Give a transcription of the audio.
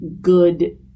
good